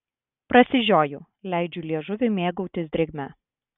prasižioju leidžiu liežuviui mėgautis drėgme